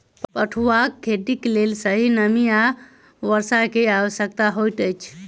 पटुआक खेतीक लेल सही नमी आ वर्षा के आवश्यकता होइत अछि